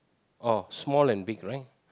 oh small and big right